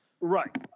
Right